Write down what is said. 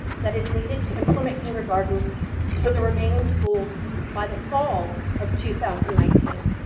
that is needed to implement kindergarten for the remaining schools by the fall of two thousand nineteen.